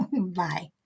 Bye